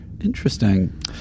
Interesting